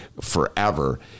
forever